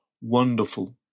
wonderful